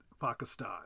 Pakistan